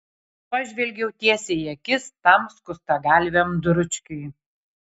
pažvelgiau tiesiai į akis tam skustagalviam dručkiui